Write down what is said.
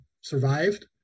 survived